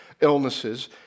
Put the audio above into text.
illnesses